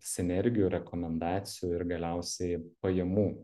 sinergijų rekomendacijų ir galiausiai pajamų